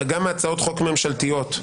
וגם מהצעות חוק ממשלתיות,